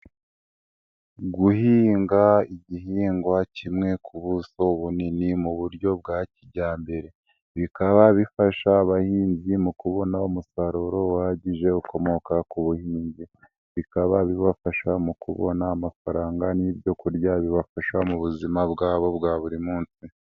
Guhinga igihingwa kimwe ku buso bunini mu buryo bwa kijyambere, bikaba bifasha abahinzi mu kubona umusaruro uhagije ukomoka ku buhinzi, bikaba bibafasha mu kubona amafaranga n'ibyo kurya bibafasha mu buzima bwabo bwa buri munsi.